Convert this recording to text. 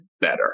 better